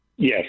Yes